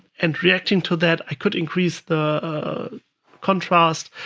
and reacting to that, i could increase the contrast,